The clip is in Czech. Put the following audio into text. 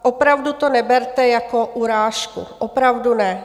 Opravdu to neberte jako urážku, opravdu ne.